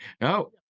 No